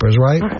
right